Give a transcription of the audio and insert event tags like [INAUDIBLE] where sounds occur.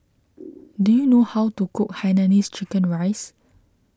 [NOISE] do you know how to cook Hainanese Chicken Rice